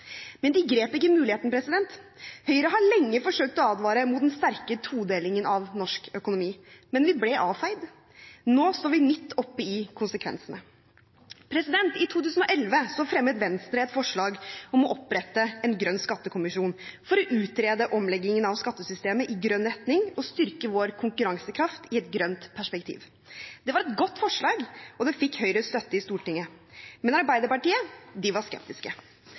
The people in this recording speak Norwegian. Men de grep ikke muligheten. Høyre har lenge forsøkt å advare mot den sterke todelingen av norsk økonomi, men vi ble avfeid. Nå står vi midt oppe i konsekvensene. I 2011 fremmet Venstre et forslag om å opprette en grønn skattekommisjon for å utrede en omlegging av skattesystemet i grønn retning og styrke vår konkurransekraft i et grønt perspektiv. Det var et godt forslag, og det fikk Høyres støtte i Stortinget. Men Arbeiderpartiet var skeptisk. De